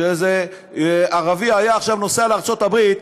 שאיזה ערבי היה נוסע עכשיו לארצות-הברית,